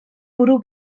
bwrw